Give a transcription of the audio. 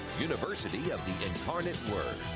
university of the incarnate word.